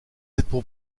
cette